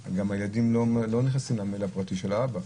הילדים לא נכנסים למייל הפרטי של האבא.